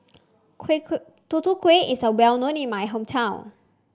quick Tutu Kueh is a well known in my hometown